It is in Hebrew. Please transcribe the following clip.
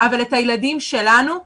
אבל את הילדים שלנו הפקירו.